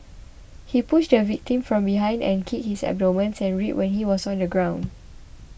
he pushed the victim from behind and kicked his abdomen and ribs when he was on the ground